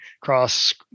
cross